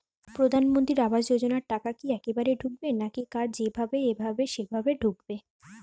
প্রধানমন্ত্রী আবাস যোজনার টাকা কি একবারে ঢুকবে নাকি কার যেভাবে এভাবে সেভাবে ঢুকবে?